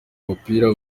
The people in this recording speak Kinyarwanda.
umupira